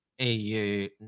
EU